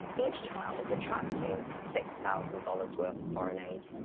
each child is attracting six thousand dollars worth of foreign aid,